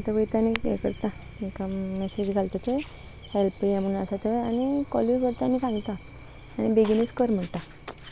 आतां वयता आनी हें करता तेंका मेसेज घालताथंय हेॅल्पूय म्हणण आसा थ आनी कॉलूय करता आनी सांगता आनी बेगीनच कर म्हणटा